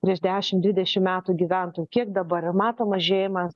prieš dešim dvidešim metų gyventų kiek dabar ir matom mažėjimą